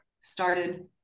started